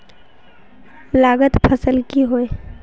लागत फसल की होय?